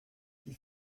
die